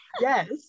Yes